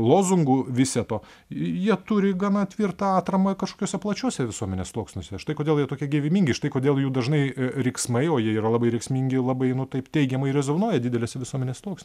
lozungų viseto j jie turi gana tvirtą atramą kažkokiuose plačiuose visuomenės sluoksniuose štai kodėl jie tokie gyvybingi štai kodėl jų dažnai riksmai o jie yra labai rėksmingi labai nu taip teigiamai rezonuoja dideliuose visuomenės sluoksniuo